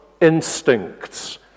instincts